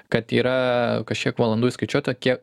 kad yra kažkiek valandų įskaičiuota kiek